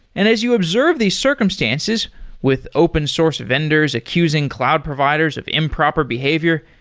and as you observe the circumstances with open source vendors accusing cloud providers of improper behavior,